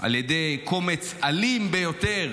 על ידי קומץ אלים ביותר